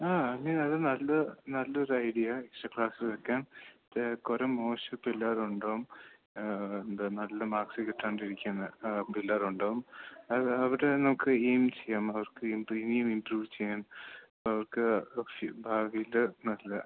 ആ അങ്ങനെയാണ് നല്ല നല്ലരു ഐഡിയ എക്സ്ട്രാ ക്ലാസ് വെക്കാം കുറേ മോശം പിള്ളേരുണ്ടാവും എന്താ നല്ല മാർക്സ് കിട്ടാണ്ടിരിക്കുന്ന പിള്ളേരുണ്ടാവും അത് അവരെ നമുക്ക് എയിം ചെയ്യാം അവർക്ക് എന്ത് ഇനിയും ഇമ്പ്രൂവ് ചെയ്യാൻ ഇപ്പോൾ അവർക്ക് ലക്ഷ്യം ഭാവിയിൽ നല്ല